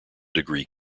degree